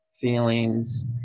feelings